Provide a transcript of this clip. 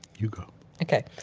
you go ok.